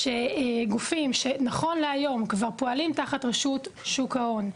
שגופים שנכון להיום כבר פועלים תחת רשות שוק ההון,